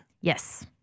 Yes